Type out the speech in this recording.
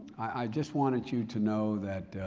i just wanted you to know that,